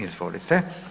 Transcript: Izvolite.